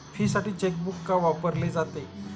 फीसाठी चेकबुक का वापरले जाते?